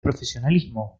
profesionalismo